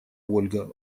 ольга